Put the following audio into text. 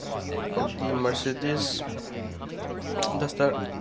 Audi Mercedes duster